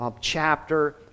chapter